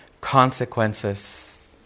consequences